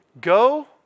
Go